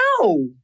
No